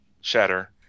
Shatter